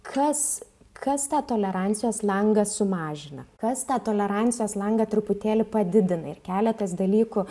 kas kas tą tolerancijos langą sumažina kas tą tolerancijos langą truputėlį padidina ir keletas dalykų